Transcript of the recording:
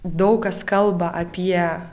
daug kas kalba apie